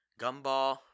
gumball